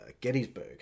Gettysburg